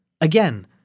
again